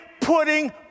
putting